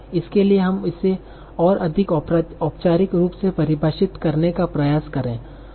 इसके लिए हम इसे और अधिक औपचारिक रूप से परिभाषित करने का प्रयास करें